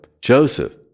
Joseph